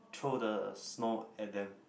throw the snow at them